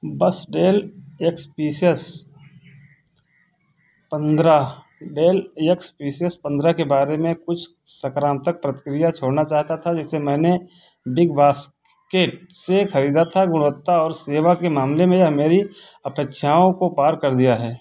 बस Dell X P S पंद्रह Dell X P S पंद्रह के बारे में कुछ सकारात्मक प्रतिक्रिया छोड़ना चाहता था जिसे मैंने बिग बास्केट से खरीदा था गुणवत्ता और सेवा के मामले में यह मेरी अपेक्षाओं को पार कर दिया है